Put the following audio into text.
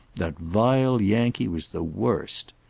that vile yankee was the worst.